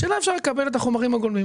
השאלה אם אפשר לקבל את החומרים הגולמיים.